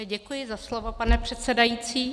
Děkuji za slovo, pane předsedající.